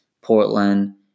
Portland